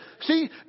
See